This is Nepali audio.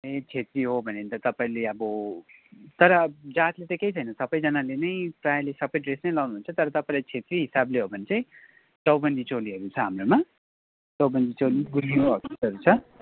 ए छेत्री हो भने त तपाईँले अब तर जातले केही छैन सबैजानाले नै प्रायले सबै ड्रेस नै लगाउनुहुन्छ तर तपाईँले छेत्री हिसाबले हो भने चाहिँ चौबन्दी चोलीहरू छ हाम्रोमा चौबन्दी चोली गुन्यु हो त्यस्तोहरू छ